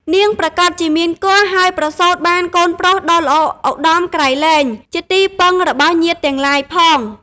នាងប្រាកដជាមានគភ៌ ហើយប្រសូតបានកូនប្រុសដ៏ល្អឧត្តមក្រៃលែង ជាទីពឹងរបស់ញាតិទាំងឡាយផង។